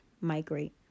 migrate